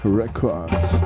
records